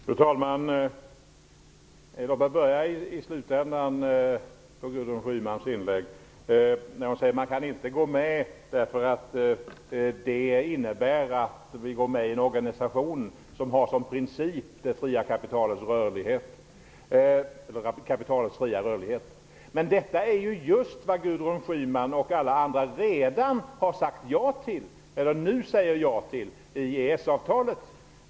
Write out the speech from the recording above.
Fru talman! Låt mig börja i slutändan på Gudrun Schymans inlägg. Hon säger att vi inte kan gå med därför att det innebär att vi går med i en organisation som har kapitalets fria rörlighet som princip. Men detta är ju just vad Gudrun Schyman och alla andra redan har sagt eller nu säger ja till i EES-avtalet!